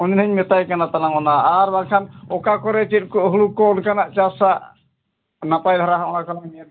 ᱩᱱᱤ ᱱᱟᱜ ᱤᱧ ᱢᱮᱛᱟᱭ ᱠᱟᱱᱟ ᱛᱟᱞᱟᱝ ᱚᱱᱟ ᱟᱨ ᱵᱟᱠᱷᱟᱱ ᱚᱠᱟ ᱠᱚᱨᱮ ᱪᱮᱫ ᱠᱚ ᱦᱳᱲᱳ ᱠᱚ ᱚᱱᱠᱟᱱᱟ ᱪᱟᱥᱟᱜ ᱱᱟᱯᱟᱭ ᱫᱷᱟᱨᱟ ᱱᱚᱜᱼᱚᱸᱭ ᱛᱟᱞᱟᱝ ᱧᱮᱞᱢᱮ ᱦᱳᱭ